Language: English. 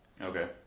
Okay